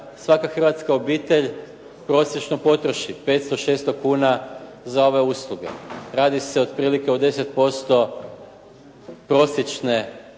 svaka hrvatska obitelj prosječno potroši 500, 600 kuna za ove usluge. Radi se otprilike o 10% prosječne